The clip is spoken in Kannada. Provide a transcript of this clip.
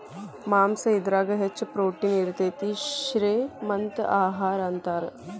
ಮಾಂಸಾ ಇದರಾಗ ಹೆಚ್ಚ ಪ್ರೋಟೇನ್ ಇರತತಿ, ಶ್ರೇ ಮಂತ ಆಹಾರಾ ಅಂತಾರ